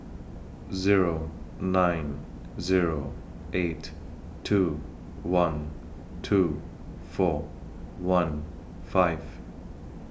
Zero nine Zero eight two one two four one five